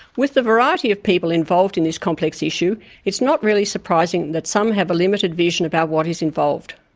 with the variety of people involved in this complex issue it is not really surprising that some have a limited vision about what is involved.